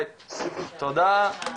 תודה רבה,